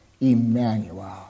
Emmanuel